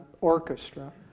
orchestra